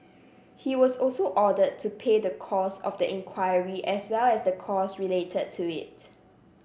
he was also ordered to pay the cost of the inquiry as well as the cost related to it